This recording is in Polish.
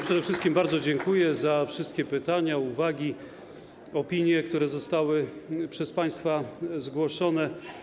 Przede wszystkim bardzo dziękuję za wszystkie pytania, uwagi, opinie, które zostały przez państwa zgłoszone.